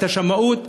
את השמאות,